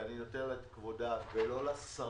ואני נותן לה את כבודה ולא לשרה.